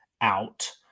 out